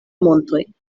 montoj